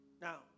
Now